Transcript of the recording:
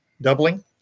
doubling